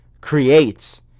creates